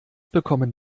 bekommen